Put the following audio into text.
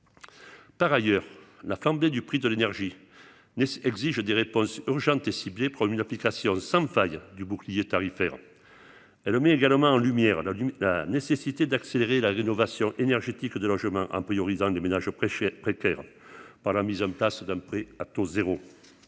Par ailleurs, la flambée du prix de l'énergie n'exige des réponses urgentes et promis l'application sans faille du bouclier tarifaire, elle met également en lumière la la nécessité d'accélérer la rénovation énergétique de logements en priorisant ménages précaire par la mise en place d'un prêt à taux zéro